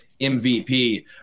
MVP